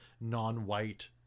non-white